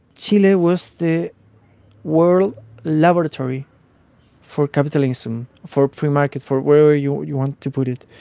chile was the world laboratory for capitalism, for free market, for whatever you you want to put it.